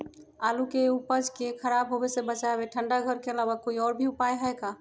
आलू के उपज के खराब होवे से बचाबे ठंडा घर के अलावा कोई और भी उपाय है का?